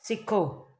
सिखो